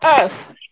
earth